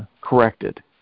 corrected